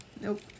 Nope